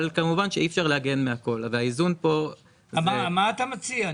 אבל כמובן שאי אפשר להגן מהכול והאיזון פה --- מה אתה מציע?